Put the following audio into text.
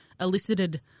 elicited